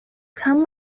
come